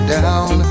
down